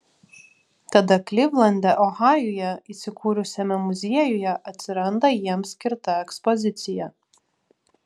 tada klivlande ohajuje įsikūrusiame muziejuje atsiranda jiems skirta ekspozicija